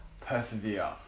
persevere